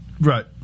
Right